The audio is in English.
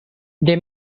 they